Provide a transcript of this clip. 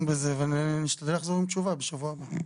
בזה ונשתדל לחזור עם תשובה בשבוע הבא.